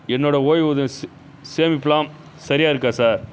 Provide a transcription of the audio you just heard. என்னோடய ஓய்வூதியம் ஸ் சேமிப்பெல்லாம் சரியாக இருக்கா சார்